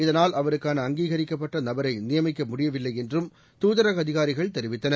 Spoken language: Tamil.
இதனால் அவருக்கான அங்கீகரிக்கப்பட்ட நபரை நியமிக்க முடியவில்லை என்றும் தூதரக அதிகாரிகள் தெரிவித்தனர்